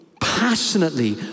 passionately